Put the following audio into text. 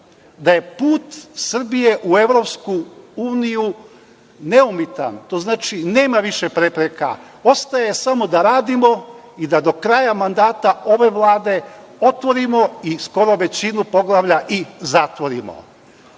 da je put Srbije u EU neumitan, to znači nema više prepreka. Ostaje samo da radimo i da do kraja mandata ove vlade otvorimo i skoro većinu poglavlja i